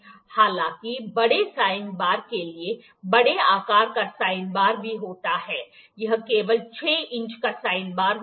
हालाँकि बड़े sine bar के लिए बड़े आकार का साइन बार भी होता है यह केवल 6 इंच का साइन बार होता है